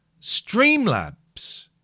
Streamlabs